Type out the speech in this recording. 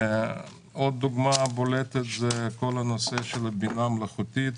עוד דוגמה בולטת היא כל הנושא הבינה המלאכותית.